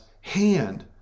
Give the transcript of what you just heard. hand